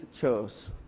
chose